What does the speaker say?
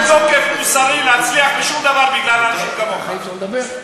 כל עוד יש אנשים כמוך בפרלמנט הישראלי,